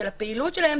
של הפעילות שלהם,